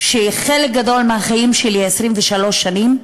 שחלק גדול מהחיים שלי, 23 שנים,